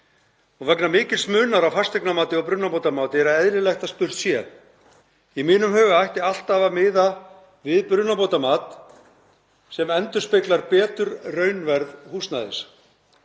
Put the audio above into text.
Vegna mikils munar á fasteignamati og brunabótamati er eðlilegt að spurt sé. Í mínum huga ætti alltaf að miða við brunabótamat sem endurspeglar betur raunverð húsnæðis.